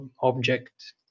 object